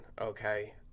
okay